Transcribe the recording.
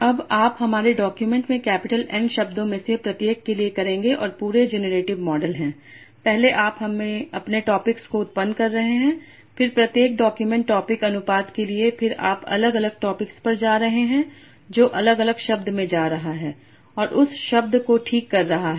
यह आप हमारे डॉक्यूमेंट में कैपिटल N शब्दों में से प्रत्येक के लिए करेंगे और पूरे जेनरेटिव मॉडल हैं पहले आप अपने टॉपिक्स को उत्पन्न कर रहे हैं फिर प्रत्येक डॉक्यूमेंट टॉपिक् अनुपात के लिए फिर आप अलग अलग टॉपिक्स पर जा रहे हैं जो अलग अलग शब्द में जा रहा है और उस शब्द को ठीक कर रहा है